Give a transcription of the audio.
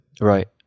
Right